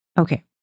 Okay